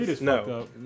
no